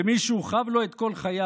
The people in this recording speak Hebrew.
במי שהוא חב לו את כל חייו.